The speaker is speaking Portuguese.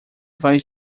vai